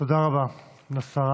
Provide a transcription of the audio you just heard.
תודה רבה לשרה